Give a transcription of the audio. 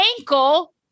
ankle